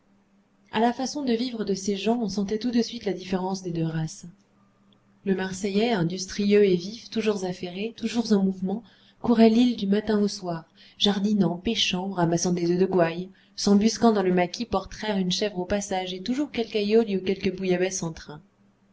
à la façon de vivre de ces gens on sentait tout de suite la différence des deux races le marseillais industrieux et vif toujours affairé toujours en mouvement courait l'île du matin au soir jardinant pêchant ramassant des œufs de gouailles s'embusquant dans le maquis pour traire une chèvre au passage et toujours quelque aïoli ou quelque bouillabaisse